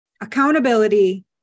accountability